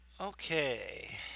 Okay